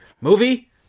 Movie